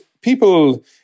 people